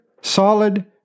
solid